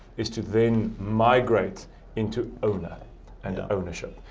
is to then migrate into owner and ownership.